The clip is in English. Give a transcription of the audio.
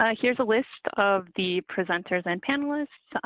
ah here's a list of the presenters and panelists,